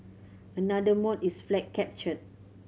another mode is flag capture